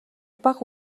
бага